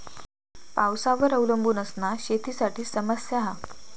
पावसावर अवलंबून असना शेतीसाठी समस्या हा